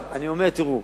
אני אומר: תראו,